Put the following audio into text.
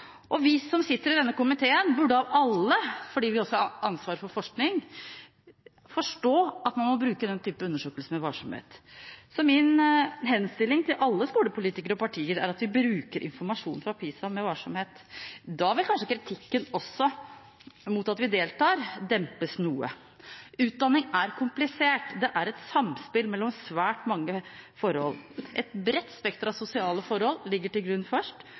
forskning, forstå at man må bruke den type undersøkelse med varsomhet. Min henstilling til alle skolepolitikere og partier er at vi bruker informasjonen fra PISA med varsomhet. Da vil kanskje også kritikken mot at vi deltar, dempes noe. Utdanning er komplisert, det er et samspill mellom svært mange forhold. Først ligger et bredt spekter av sosiale forhold til grunn,